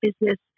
business